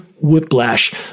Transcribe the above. whiplash